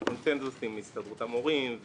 זה קונצנזוס עם הסתדרות המורים,